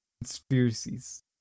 Conspiracies